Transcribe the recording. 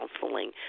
counseling